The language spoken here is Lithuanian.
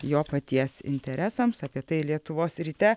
jo paties interesams apie tai lietuvos ryte